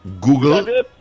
Google